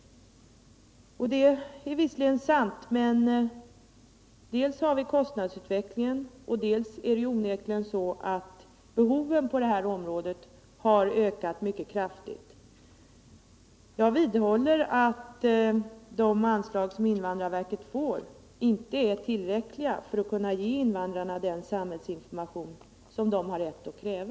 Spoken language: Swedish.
Det är visserligen sant, men dels har vi kostnadsutvecklingen, dels är det onekligen så att behovet på det här området har ökat mycket kraftigt. Jag vidhåller att de anslag som invandrarverket får inte är tillräckliga för att kunna ge invandrarna den samhällsinformation som de har rätt att kräva.